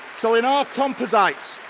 so in our composite,